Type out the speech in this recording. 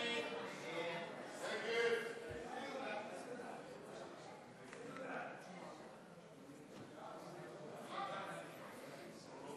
ההסתייגות (28) של קבוצת סיעת